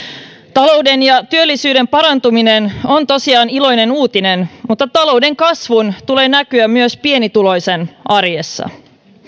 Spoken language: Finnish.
talouden ja työllisyyden parantuminen on tosiaan iloinen uutinen mutta talouden kasvun tulee näkyä myös pienituloisen arjessa